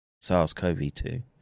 SARS-CoV-2